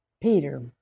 Peter